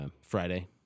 Friday